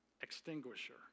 extinguisher